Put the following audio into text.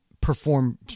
perform